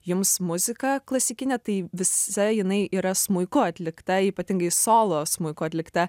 jums muziką klasikinę tai visa jinai yra smuiku atlikta ypatingai solo smuiku atlikta